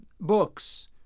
books